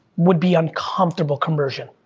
would be uncomfortable conversion.